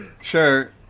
Sure